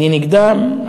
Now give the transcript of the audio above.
אני נגדם,